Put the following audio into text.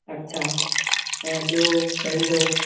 अच्छा ऐं ॿियो पंहिंजो